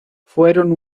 fueron